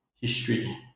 history